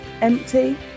empty